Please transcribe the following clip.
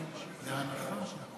חבריי חברי הכנסת,